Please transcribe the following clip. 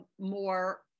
more